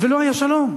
ולא היה שלום.